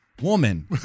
woman